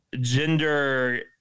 gender